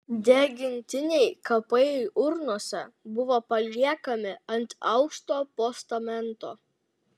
degintiniai kapai urnose buvo paliekami ant aukšto postamento